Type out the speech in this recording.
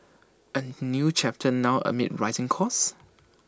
A new chapter now amid rising costs